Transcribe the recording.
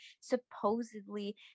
supposedly